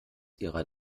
ihrer